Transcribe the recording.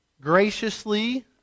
graciously